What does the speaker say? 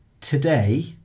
today